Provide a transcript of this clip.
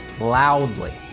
loudly